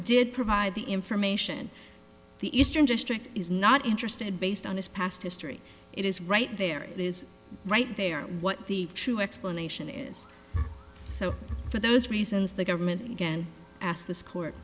did provide the information the eastern district is not interested based on his past history it is right there is right there what the true explanation is so for those reasons the government again asked this court